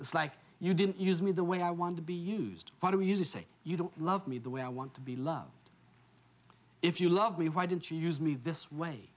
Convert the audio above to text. it's like you didn't use me the way i want to be used what do you say you don't love me the way i want to be loved if you love me why didn't you use me this way